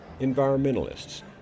environmentalists